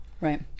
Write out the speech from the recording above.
Right